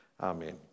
Amen